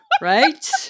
right